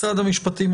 משרד המשפטים,